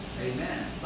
Amen